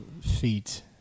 feat